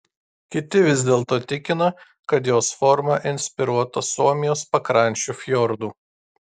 kiti vis dėlto tikina kad jos forma inspiruota suomijos pakrančių fjordų